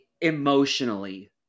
emotionally